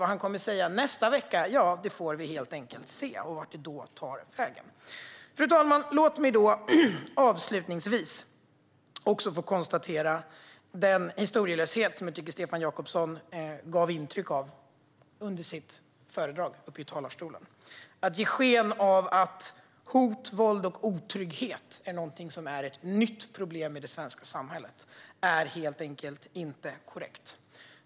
Vad han kommer att säga nästa vecka och vart detta då tar vägen får vi helt enkelt se. Fru talman! Låt mig avslutningsvis konstatera den historielöshet jag tycker att Stefan Jakobsson gav uttryck för i sitt anförande i talarstolen. Han gav sken av att hot, våld och otrygghet är ett nytt problem i det svenska samhället, och det är helt enkelt inte korrekt.